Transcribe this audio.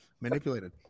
manipulated